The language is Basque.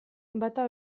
bata